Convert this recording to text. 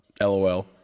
LOL